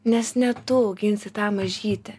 nes ne tu auginsi tą mažytį